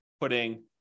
putting